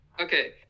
Okay